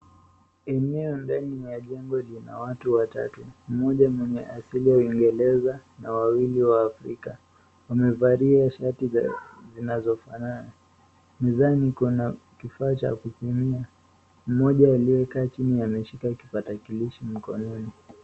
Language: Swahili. Eneo ndani ya jengo lina watu watatu, mmoja mwenye asili ya uingereza na wawili waafrika. Wamevalia shati zinazofanana. Mezani kuna kifaa cha kutumia, mmoja aliyekaa chini ameshika kipatakilishi mkononi.